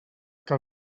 que